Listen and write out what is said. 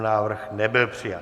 Návrh nebyl přijat.